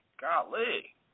golly